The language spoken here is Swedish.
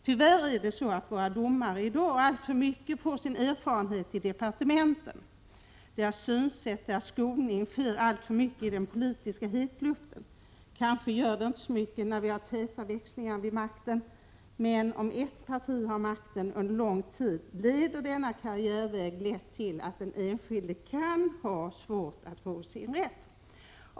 Tyvärr är det så att våra domare i dag alltför mycket får sina erfarenheter i departementen. Deras skolning sker alltför mycket i den politiska hetluften, vilket präglar deras synsätt. Kanske gör det inte så mycket när vi har täta växlingar vid makten, men om ett parti har makten under lång tid leder denna karriärväg lätt till att den enskilde kan ha svårt att få sin rätt.